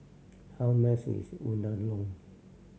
how much is Unadon